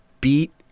beat